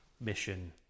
mission